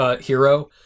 hero